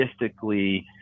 logistically